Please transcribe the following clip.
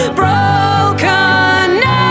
broken